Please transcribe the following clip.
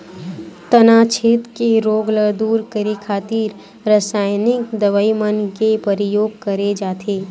तनाछेद के रोग ल दूर करे खातिर रसाइनिक दवई मन के परियोग करे जाथे